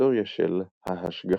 - ההיסטוריה של "ההשגחה"